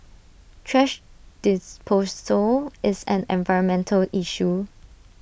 thrash disposal is an environmental issue